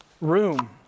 room